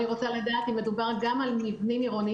אני רוצה לדעת אם מדובר גם על עירוניים